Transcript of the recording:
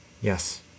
Yes